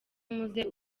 umuze